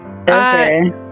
Okay